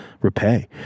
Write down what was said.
repay